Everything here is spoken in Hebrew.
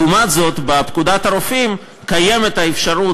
לעומת זאת, בפקודת הרופאים קיימת אפשרות